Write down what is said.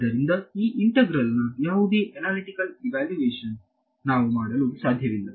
ಆದ್ದರಿಂದ ಈ ಇಂಟೆಗ್ರಾಲ್ ನ ಯಾವುದೇ ಅನಾಲಿಟಿಕಲ್ ಇವ್ಯಾಲ್ಯೂಯೇಷನ್ ನಾವು ಮಾಡಲು ಸಾಧ್ಯವಿಲ್ಲ